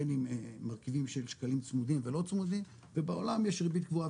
בין אם מרכיבים של שקלים צמודים ולא צמודים ובעולם יש ריבית קבועה